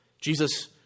Jesus